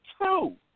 two